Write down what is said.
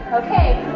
okay.